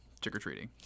trick-or-treating